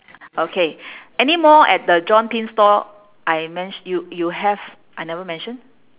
okay anymore at the john pin store I ment~ you you have I never mention